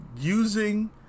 Using